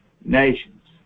nations